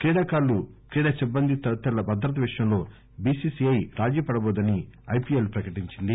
క్రీడాకారులు క్రీడా సిబ్బంది తదితరుల భద్రత విషయంలో బీసీసీఐ రాజీ పడబోదని ఐపీఎల్ ప్రకటించింది